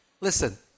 Listen